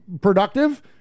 productive